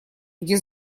где